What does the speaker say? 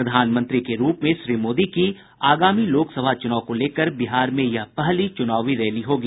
प्रधानमंत्री के रूप में श्री मोदी की आगामी लोकसभा चुनाव को लेकर बिहार में यह पहली चुनावी रैली होगी